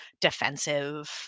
defensive